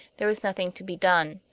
there was nothing to be done.